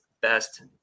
best